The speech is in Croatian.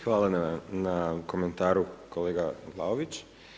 Hvala na komentaru kolega Vlaović.